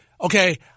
okay